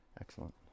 Excellent